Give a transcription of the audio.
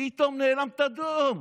פתאום נאלמת דום.